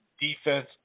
defense